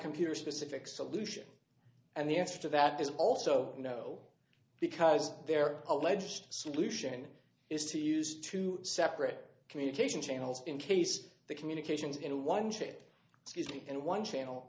computer specific solution and the answer to that is also no because their alleged solution is to use two separate communication channels in case the communications in one ship and one channel